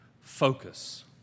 focus